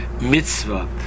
mitzvah